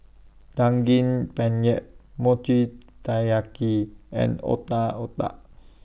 Daging Penyet Mochi Taiyaki and Otak Otak